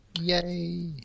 Yay